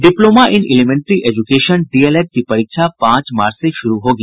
diploma in elementary education DElEd की परीक्षा पांच मार्च से शुरू होगी